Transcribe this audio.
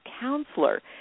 counselor